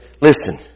listen